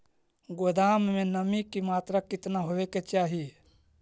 गोदाम मे नमी की मात्रा कितना होबे के चाही?